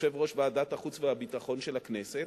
יושב-ראש ועדת החוץ והביטחון של הכנסת,